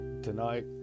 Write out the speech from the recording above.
Tonight